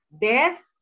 death